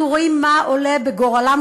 אנחנו רואים מה עולה בגורלם,